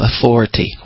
authority